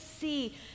see